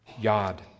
yod